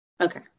Okay